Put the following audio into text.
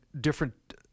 different